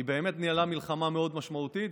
היא באמת ניהלה מלחמה מאוד משמעותית,